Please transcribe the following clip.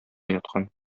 яткан